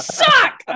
suck